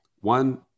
one